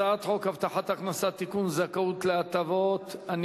הצעת חוק הבטחת הכנסה (תיקון,